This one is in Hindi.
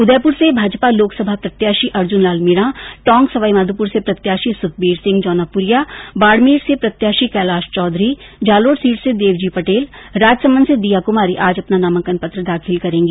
उदयपुर से भाजपा लोकसभा प्रत्याशी अर्जुन लाल मीणा टोंक सवाईमाधोपुर से प्रत्याशी सुखबीर सिंह जौनापुरिया बाडमेर से प्रत्याशी कैलाश चौधरी जालोर सीट से देवजी पटेल राजसमंद से दीया कुमारी आज अपना नामाकन पत्र दाखिल करेंगी